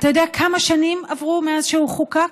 אתה יודע כמה שנים עברו מאז שהוא חוקק?